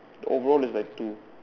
overall is like two